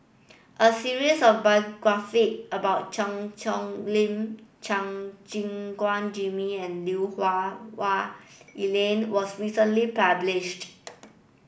a series of biography about Cheang Hong Lim Chua Gim Guan Jimmy and Lui Hah Wah Elena was recently published